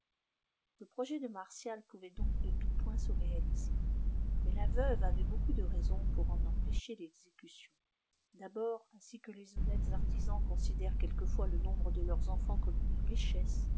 le projet de martial pouvait donc de tout point se réaliser mais la veuve avait beaucoup de raisons pour en empêcher l'exécution d'abord ainsi que les honnêtes artisans considèrent quelquefois le nombre de leurs enfants comme une richesse